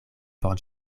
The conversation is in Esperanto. por